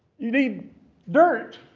you need dirt!